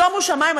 שומו שמים,